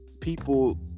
people